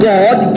God